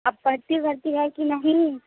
आप पढ़ती वढ़ती हैं कि नहीं